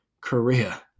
korea